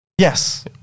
Yes